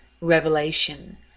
Revelation